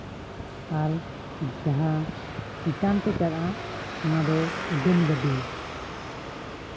ᱟᱨ ᱡᱟᱦᱟᱸ ᱪᱮᱛᱟᱱᱛᱮ ᱪᱟᱞᱟᱜᱼᱟ ᱚᱱᱟ ᱫᱚ ᱩᱰᱟᱹᱱ ᱜᱟᱹᱰᱤ